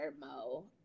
Mo